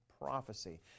prophecy